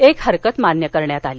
एक हरकत मान्य करण्यात आली